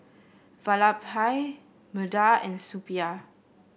Vallabhbhai Medha and Suppiah